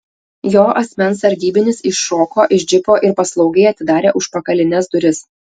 jo asmens sargybinis iššoko iš džipo ir paslaugiai atidarė užpakalines duris